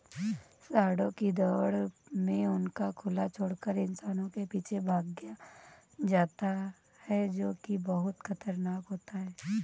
सांडों की दौड़ में उनको खुला छोड़कर इंसानों के पीछे भगाया जाता है जो की बहुत खतरनाक होता है